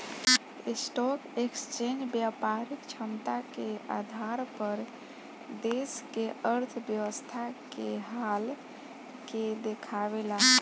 stock exchange व्यापारिक क्षमता के आधार पर देश के अर्थव्यवस्था के हाल के देखावेला